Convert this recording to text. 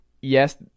yes